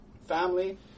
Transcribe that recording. family